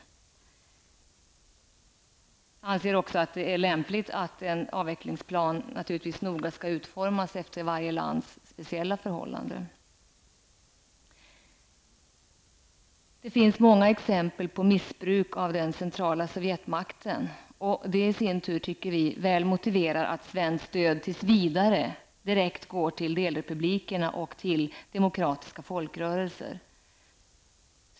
Jag anser också att det är lämpligt att en avvecklingsplan skall utformas efter varje lands speciella förhållande. Det finns många exempel på missbruk av den centrala Sovjetmakten, och det tycker vi i sin tur väl motiverar att svenskt stöd tills vidare går direkt till delrepublikerna och till demokratiska folkrörelser.